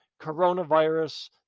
coronavirus